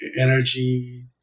Energy